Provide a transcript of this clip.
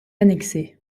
annexée